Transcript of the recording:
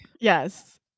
Yes